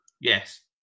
Yes